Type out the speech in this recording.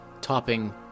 topping